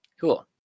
Cool